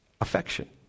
affection